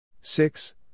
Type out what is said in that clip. Six